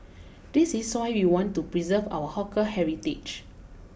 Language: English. this is why we want to preserve our hawker heritage